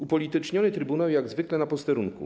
Upolityczniony trybunał jak zwykle na posterunku.